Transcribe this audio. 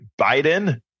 Biden